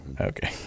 okay